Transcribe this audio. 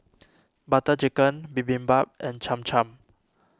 Butter Chicken Bibimbap and Cham Cham